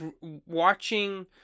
watching